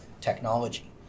technology